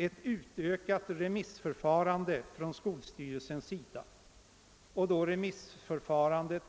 Ett utökat remissförfarande från skolstyrelsens sida, d.v.s.